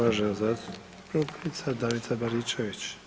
uvažena zastupnica Danica Baričević.